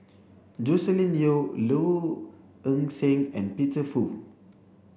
Joscelin Yeo Low Ing Sing and Peter Fu